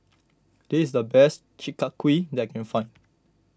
this is the best Chi Kak Kuih that I can find